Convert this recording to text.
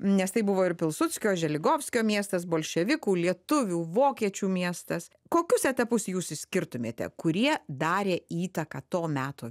nes tai buvo ir pilsudskio želigovskio miestas bolševikų lietuvių vokiečių miestas kokius etapus jūs išskirtumėte kurie darė įtaką to meto